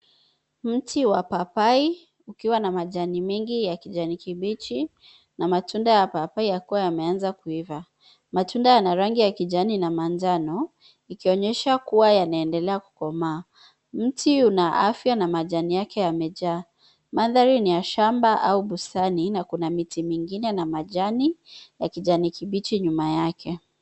Mti wa papai ukiwa na majani mingi ya kijani kibichi na matunda ya papai yakua yameanza kuiva. Matunda yana rangi ya kijani na manjano ikionyesha kuwa inaendela kukomaa. Mti una afya na majani yake yamejaa. Mandhari ni ya shamba au bustani na kuna miti mingine na majani ya kijani kibichi nyuma yake.